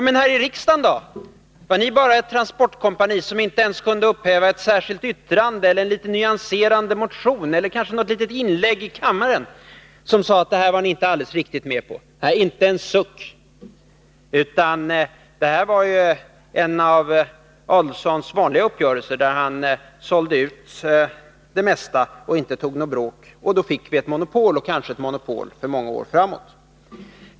Men här i riksdagen då: Var ni bara ett transportkompani som inte ens kunde avge ett särskilt yttrande, väcka en nyanserande motion eller kanske göra ett inlägg i kammaren där ni sade att ni inte helt var med på detta? Nej, inte en suck! Detta var en av Ulf Adelsohns vanliga uppgörelser, där han sålde ut det mesta och inte tog något bråk. På det sättet fick vi ett monopol, kanske för många år framåt.